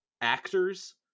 actors